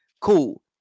cool